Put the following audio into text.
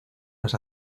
las